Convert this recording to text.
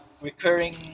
recurring